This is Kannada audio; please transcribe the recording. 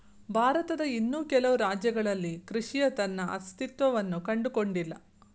ಭಾರತದ ಇನ್ನೂ ಕೆಲವು ರಾಜ್ಯಗಳಲ್ಲಿ ಕೃಷಿಯ ತನ್ನ ಅಸ್ತಿತ್ವವನ್ನು ಕಂಡುಕೊಂಡಿಲ್ಲ